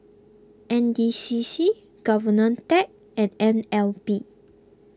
N D C C Govtech and N L B